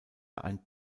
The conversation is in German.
ein